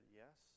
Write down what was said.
yes